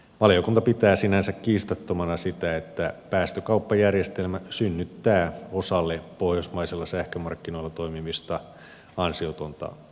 valiokunta pitää sinänsä kiistattomana sitä että päästökauppajärjestelmä synnyttää osalle pohjoismaisilla sähkömarkkinoilla toimivista ansiotonta voittoa